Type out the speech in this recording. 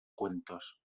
cuentos